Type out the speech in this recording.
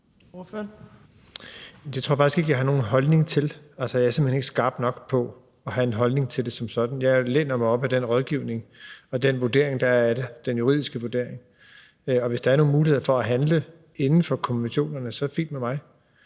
Det tror jeg faktisk ikke jeg har nogen holdning til. Altså, jeg er simpelt hen ikke skarp nok på det til at have en holdning til det som sådan. Jeg læner mig op ad den rådgivning og den juridiske vurdering, der er af det. Og hvis der er nogle muligheder for at handle inden for konventionerne, er det fint med mig.